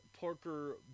Parker